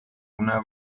una